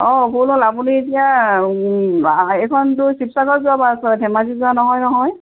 অঁ ভুল হ'ল আপুনি এতিয়া এইখনটো শিৱসাগৰ যোৱা বাছ ধেমাজি যোৱা নহয় নহয়